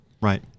right